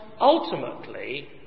ultimately